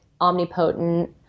omnipotent